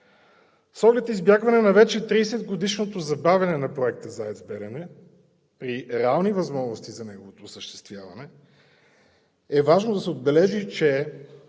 С оглед избягване на вече 30-годишното забавяне на проекта за АЕЦ „Белене“ – при реални възможности за неговото осъществяване, е важно да се отбележи, че